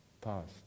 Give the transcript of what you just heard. Past